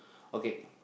okay